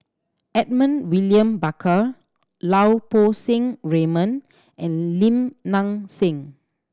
Edmund William Barker Lau Poo Seng Raymond and Lim Nang Seng